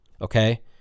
Okay